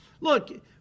Look